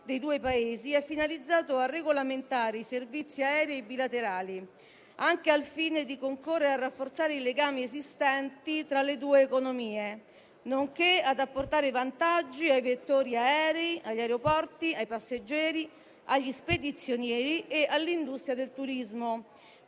dei due Paesi. L'Accordo è finalizzato a regolamentare i servizi aerei bilaterali, anche al fine di concorrere a rafforzare i legami esistenti tra le due economie, nonché ad apportare vantaggi ai vettori aerei, agli aeroporti, ai passeggeri, agli spedizionieri e all'industria del turismo.